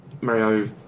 Mario